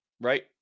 right